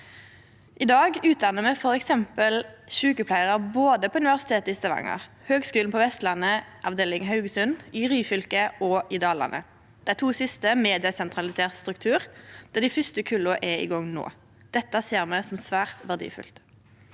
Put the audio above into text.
I dag utdannar me f.eks. sjukepleiarar både på Universitetet i Stavanger, på Høgskulen på Vestlandet avdeling Haugesund, i Ryfylke og i Dalane, dei to siste med desentralisert struktur, der dei fyrste kulla er i gang no. Dette ser me som svært verdifullt.